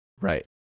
Right